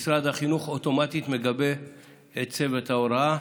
משרד החינוך מגבה אוטומטית את צוות ההוראה,